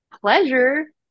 pleasure